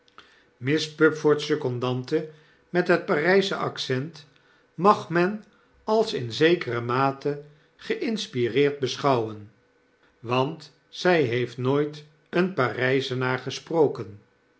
miss pupford's secondante met het parijsche accent mag men als in zekere mate geinspireerd beschouwen want zy heeft nooit een pd ryzenaar gesproken